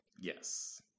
Yes